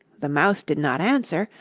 the mouse did not answer,